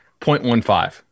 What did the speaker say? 0.15